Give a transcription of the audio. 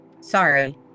sorry